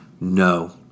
No